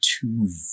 two